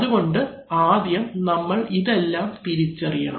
അതുകൊണ്ട് ആദ്യം നമ്മൾ ഇതെല്ലാം തിരിച്ചറിയണം